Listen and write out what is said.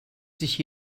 sich